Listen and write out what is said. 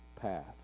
path